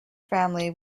family